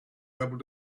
able